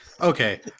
Okay